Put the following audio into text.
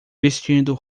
vestindo